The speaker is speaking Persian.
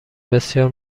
بسیار